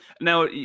Now